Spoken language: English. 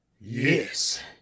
Yes